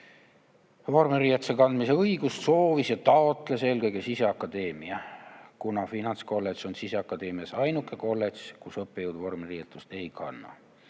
Vormiriietuse kandmise õigust soovis ja taotles eelkõige Sisekaitseakadeemia, kuna finantskolledž on Sisekaitseakadeemias ainuke kolledž, kus õppejõud vormiriietust ei kanna.